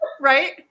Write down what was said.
right